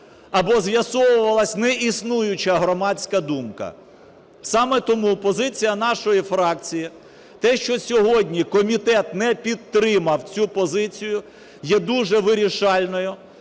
або з'ясовувалася неіснуюча громадська думка. Саме тому позиція нашої фракції – те, що сьогодні комітет не підтримав цю позицію, є дуже вирішальною.